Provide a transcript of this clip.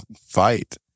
fight